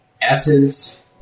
Essence